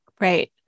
right